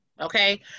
okay